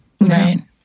Right